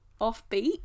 offbeat